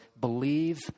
believe